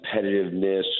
competitiveness